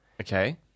okay